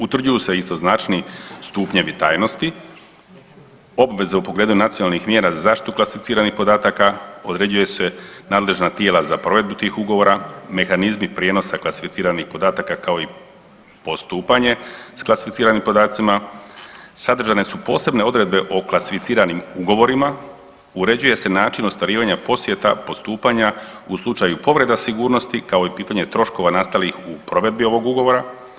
Utvrđuju se istoznačni stupnjevi tajnosti, obveze u pogledu nacionalnih mjera za zaštitu klasificiranih podataka, određuju se nadležna tijela za provedbu tih ugovora, mehanizmi prijenosa klasificiranih podataka kao i postupanje sa klasificiranim podacima, sadržane su posebne odredbe o klasificiranim ugovorima, uređuje se način ostvarivanja posjeta, postupanja u slučaju povreda sigurnosti kao i pitanje troškova nastalih u provedbi ovog ugovora.